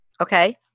Okay